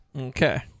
okay